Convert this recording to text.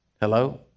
Hello